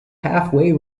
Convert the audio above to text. halfway